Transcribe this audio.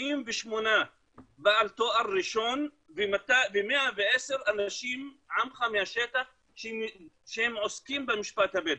78 בעלי תואר ראשון ו-110 אנשים עמך מהשטח שהם עוסקים במשפט הבדואי.